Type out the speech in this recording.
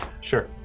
Sure